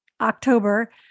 October